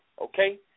Okay